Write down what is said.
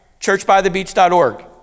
Churchbythebeach.org